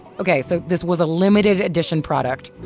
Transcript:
ok so, this was a limited edition product.